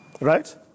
Right